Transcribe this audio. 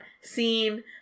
scene